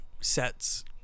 sets